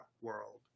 world